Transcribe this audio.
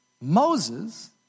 Moses